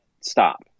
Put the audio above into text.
stop